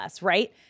right